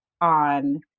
on